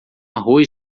arroz